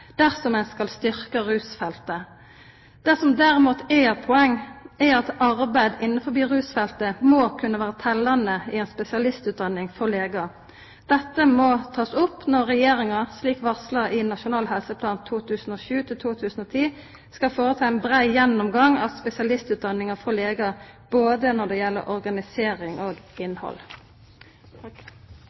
dersom en skal styrke rusfeltet. Det som derimot er et poeng, er at arbeid innenfor rusfeltet må kunne være tellende i en spesialistutdanning for leger. Dette må tas opp når Regjeringen, slik det er varslet i Nasjonal helseplan 2007–2010, skal foreta en bred gjennomgang av spesialistutdanningen for leger, det gjelder både organisering og innhold.